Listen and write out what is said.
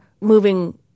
moving